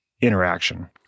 interaction